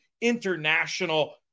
international